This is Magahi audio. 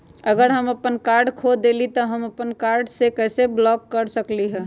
अगर हम अपन कार्ड खो देली ह त हम अपन कार्ड के कैसे ब्लॉक कर सकली ह?